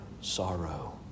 sorrow